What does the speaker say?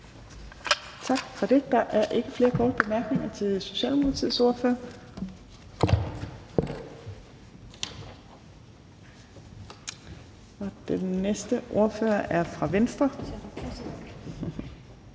Tak for det. Der er ikke flere korte bemærkninger til Socialdemokratiets ordfører. Den næste ordfører er fra Venstre.